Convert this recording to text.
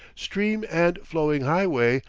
stream and flowing highway,